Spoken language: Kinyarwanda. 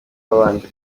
babanje